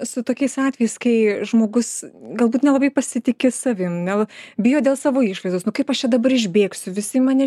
su tokiais atvejais kai žmogus galbūt nelabai pasitiki savim gal bijo dėl savo išvaizdos nu kaip aš čia dabar išbėgsiu visi mane